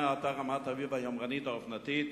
אינה אותה רמת-אביב היומרנית האופנתית.